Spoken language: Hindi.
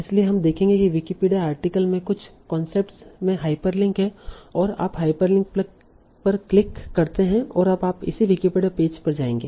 इसलिए हम देखेंगे कि विकिपीडिया आर्टिकल में कुछ कॉन्सेप्ट्स में हाइपरलिंक है और आप हाइपरलिंक पर क्लिक करते हैं और आप इसी विकिपीडिया पेज पर जाएंगे